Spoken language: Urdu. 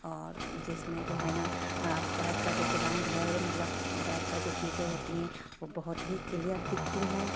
اور جس میں جو ہے نا بیک کا جو گراؤنڈ ہے مطلب بیک کا جو چیزیں ہوتی ہیں وہ بہت ہی کلئر دکھتی ہیں